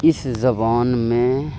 اس زبان میں